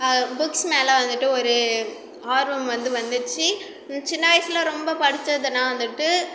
books மேலே வந்துவிட்டு ஒரு ஆர்வம் வந்து வந்துச்சு ம் சின்ன வயசில் ரொம்ப படிச்சதுன்னா வந்துவிட்டு